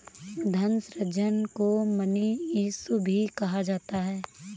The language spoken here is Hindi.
धन सृजन को मनी इश्यू भी कहा जाता है